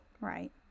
Right